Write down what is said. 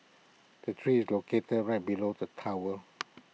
the tree is located right below the tower